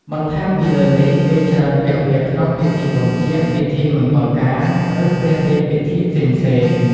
បន្ថែមពីលើនេះ គេច្រើនពាក់វាក្នុងពិធីបុណ្យជាតិ ពិធីមង្គលការ ឬព្រះរាជពិធីផ្សេងៗ។